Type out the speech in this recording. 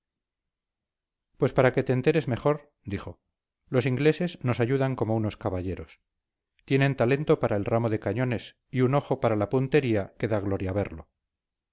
pues para que te enteres mejor dijo los ingleses nos ayudan como unos caballeros tienen talento para el ramo de cañones y un ojo para la puntería que da gloria verlo